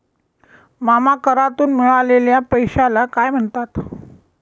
मामा करातून मिळालेल्या पैशाला काय म्हणतात?